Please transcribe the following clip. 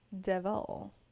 devil